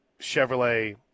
Chevrolet